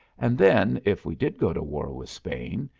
and then, if we did go to war with spain,